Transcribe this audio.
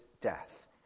death